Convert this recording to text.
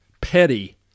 petty